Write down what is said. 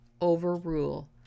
overrule